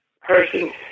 person